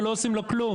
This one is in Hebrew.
ולא עושים לו כלום.